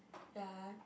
ya